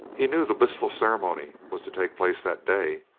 he knew the blissful ceremony was to take place that day,